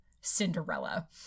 Cinderella